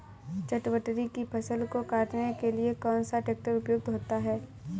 चटवटरी की फसल को काटने के लिए कौन सा ट्रैक्टर उपयुक्त होता है?